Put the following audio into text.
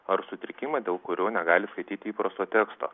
ar sutrikimą dėl kurio negali skaityti įprasto teksto